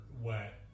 wet